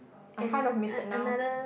I kind of miss it now